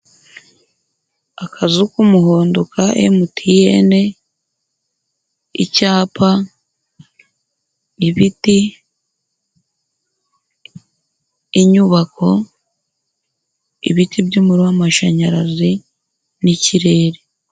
Akazu k'umuhondo ka MTN, icyapa, ibiti, inyubako, ibiti by'umuriro w'amashanyarazi n'ikirere.